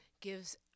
gives